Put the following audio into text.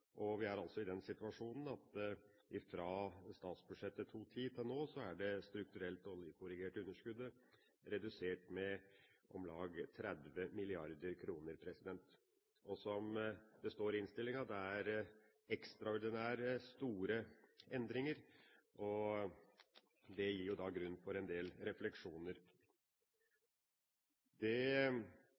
Vi er altså i den situasjonen at fra statsbudsjettet 2010 og til nå er det strukturelle, oljekorrigerte underskuddet redusert med om lag 30 mrd. kr. Som det står i innstillingen, er det ekstraordinære, store endringer, og det gir jo grunn til en del